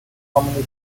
commonly